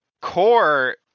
Core